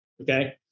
Okay